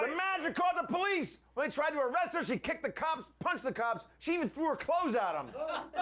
manager called the police. when they tried to arrest her, she kicked the cops, punched the cops, she even threw her clothes at um